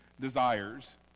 desires